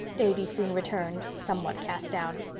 davy soon returned, somewhat cast down.